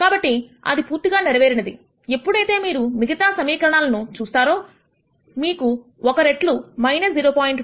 కాబట్టి అది పూర్తిగా నెరవేరినది ఎప్పుడైతే మీరు మిగతా సమీకరణాలను చూస్తారో మీకు ఒక రెట్లు 0